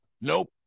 Nope